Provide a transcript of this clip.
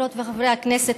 חברות וחברי הכנסת,